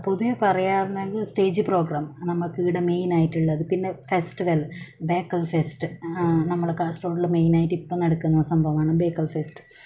പൊതുവെ പറയാർന്നെങ്കി stage programme നമുക്ക് ഇവിടെ മെയിൻ ആയിട്ട് ഉള്ളത് പിന്നെ ഫെസ്റ്റിവൽ ബേക്കൽ ഫെസ്റ്റ് ആ നമ്മളെ കാസർഗോഡ് മെയിൻ ആയിട്ട് ഇപ്പോൾ നടക്കുന്ന സംഭവമാണ് ബേക്കൽ ഫെസ്റ്റ്